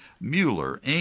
Mueller